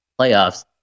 playoffs